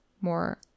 more